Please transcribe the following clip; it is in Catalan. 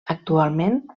actualment